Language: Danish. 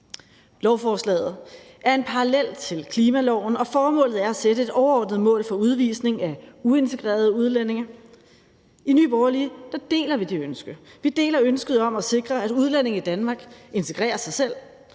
Lovforslaget er en parallel til klimaloven, og formålet er at sætte et overordnet mål for udvisning af uintegrerede udlændinge. I Nye Borgerlige deler vi det ønske. Vi deler ønsket om at sikre, at udlændinge i Danmark integrerer sig selv,